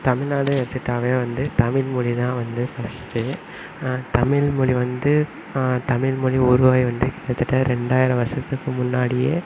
தமிழ்நாடு எடுத்துகிட்டாவே வந்து தமிழ்மொழி தான் வந்து ஃபஸ்ட்டு தமிழ்மொழி வந்து தமிழ்மொழி உருவாகி வந்து கிட்டத்தட்ட ரெண்டாயிரம் வருடத்துக்கு முன்னாடியே